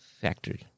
factory